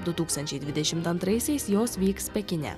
du tūkstančiai dvidešimt antraisiais jos vyks pekine